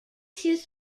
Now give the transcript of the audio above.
his